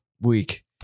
week